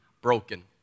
broken